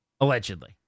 allegedly